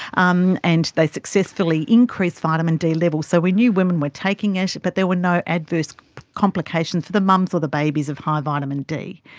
um and they successfully increased vitamin d levels. so we knew women were taking it but there were no adverse complications for the mums or the babies of high vitamin d.